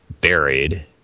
Buried